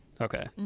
Okay